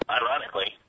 ironically